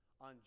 on